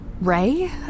Ray